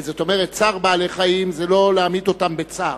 זאת אומרת, צער בעלי-חיים זה לא להמית אותם בצער.